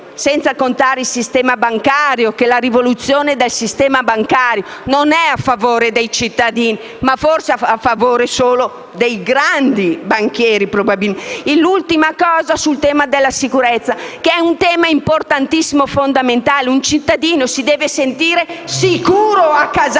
Senza contare il fatto che la rivoluzione del sistema bancario non è a favore dei cittadini, ma forse a favore solo dei grandi banchieri. Un'ultima riflessione riguarda il tema della sicurezza, che è un tema importantissimo e fondamentale. Un cittadino si deve sentire sicuro a casa